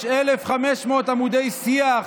יש 1,500 עמודי שיח,